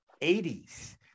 80s